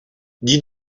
dis